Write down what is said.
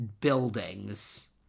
buildings